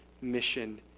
mission